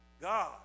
God